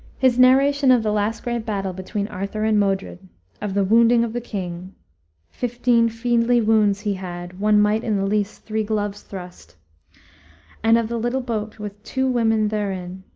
his narration of the last great battle between arthur and modred of the wounding of the king fifteen fiendly wounds he had, one might in the least three gloves thrust and of the little boat with two women therein,